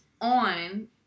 on